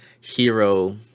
hero